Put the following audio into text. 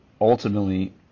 Ultimately